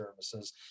services